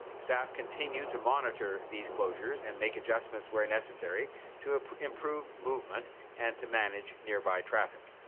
staff continue to monitor these closures and make adjustments where necessary to ah improve movement and to manage nearby traffic.